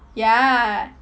ya